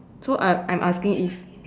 so I'm I'm I asking if